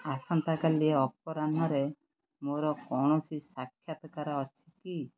ଆସନ୍ତାକାଲି ଅପରାହ୍ନରେ ମୋର କୌଣସି ସାକ୍ଷାତକାର ଅଛି କି